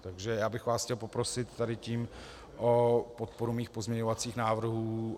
Takže já bych vás chtěl poprosit o podporu mých pozměňovacích návrhů.